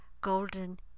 golden